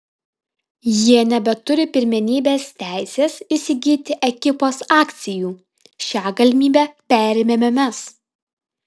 jie nebeturi pirmenybės teisės įsigyti ekipos akcijų šią galimybę perėmėme mes